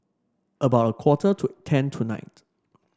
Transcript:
about quarter to ten tonight